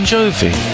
Jovi